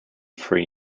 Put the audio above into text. free